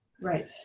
Right